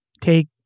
take